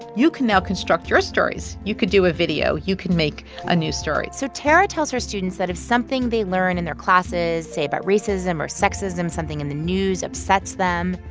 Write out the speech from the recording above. you can now construct your stories. you could do a video. you can make a news story so tara tells her students that if something they learn in their classes, say, about racism or sexism, something in the news upsets them.